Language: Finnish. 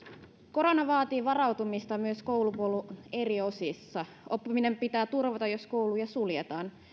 korona vaatii varautumista myös koulupolun eri osissa oppiminen pitää turvata jos kouluja suljetaan